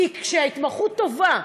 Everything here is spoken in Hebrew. כשההתמחות טובה,